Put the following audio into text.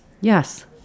Yes